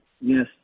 yes